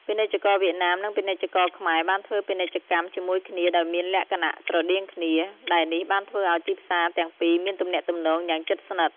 ពាណិជ្ជករវៀតណាមនិងពាណិជ្ជករខ្មែរបានធ្វើពាណិជ្ជកម្មជាមួយគ្នាដោយមានលក្ខណៈស្រដៀងគ្នា ដែលនេះបានធ្វើឱ្យទីផ្សារទាំងពីរមានទំនាក់ទំនងយ៉ាងជិតស្និទ្ធ។